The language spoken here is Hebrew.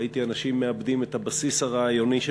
ראיתי אנשים מאבדים את הבסיס הרעיוני של